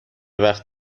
وقت